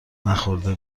نخورده